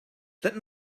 that